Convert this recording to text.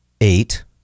eight